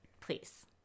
Please